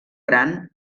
gran